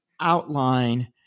outline